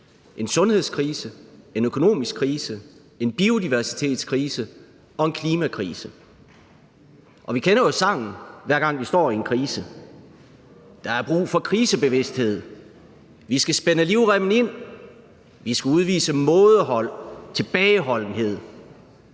en sundhedskrise, en økonomisk krise, en biodiversitetskrise og en klimakrise. Og vi kender jo sangen, hver gang vi står i en krise: Der er brug for krisebevidsthed, vi skal spænde livremmen ind, vi skal udvise mådehold, tilbageholdenhed.